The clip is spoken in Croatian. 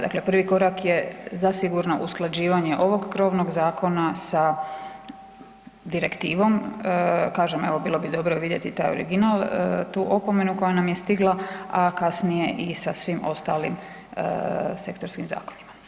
Dakle prvi korak je zasigurno usklađivanje ovog krovnog zakona sa direktivom, kažem, bilo bi dobro vidjeti taj original, tu opomenu koja nam je stigla a kasnije i sa svim ostalim sektorskim zakonima.